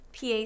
PA